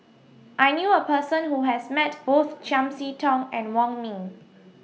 I knew A Person Who has Met Both Chiam See Tong and Wong Ming